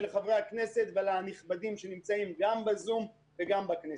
לחברי הכנסת ולנכבדים שנמצאים גם בזום וגם בכנסת: